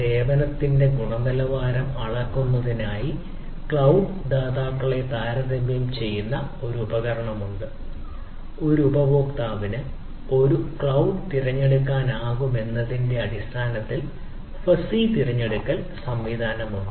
fuzzy ദാതാവിനെ തിരഞ്ഞെടുക്കുന്നതിനുള്ള സംവിധാനം ഉണ്ട്